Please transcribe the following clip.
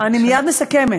אני מייד מסכמת.